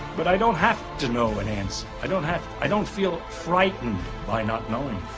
but i don't have to know an answer. i don't have i don't feel frightened by not knowing